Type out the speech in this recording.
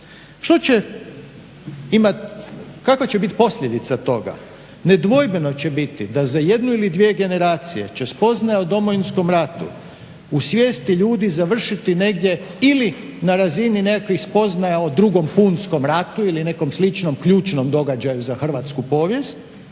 Što će imati kakva će biti posljedica toga? Nedvojbeno će biti da za jednu ili dvije generacije će spoznaja o Domovinskom ratu u svijesti ljudi završiti negdje ili na razini nekakvih spoznaja o 2. Punskom ratu ili nekom sličnom ključnom događaju za hrvatsku povijest